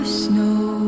snow